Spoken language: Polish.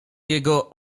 jego